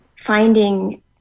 finding